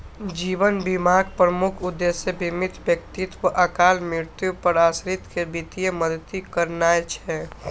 जीवन बीमाक प्रमुख उद्देश्य बीमित व्यक्तिक अकाल मृत्यु पर आश्रित कें वित्तीय मदति करनाय छै